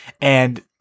and-